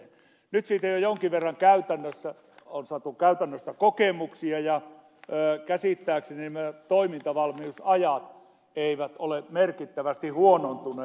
nyt siitä käytännöstä on jo jonkin verran saatu kokemuksia ja käsittääkseni toimintavalmiusajat eivät ole merkittävästi huonontuneet